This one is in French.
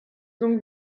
donc